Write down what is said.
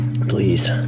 Please